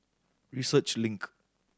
Research Link